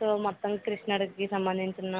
so మొత్తం కృష్ణుడికి సంబంధించిన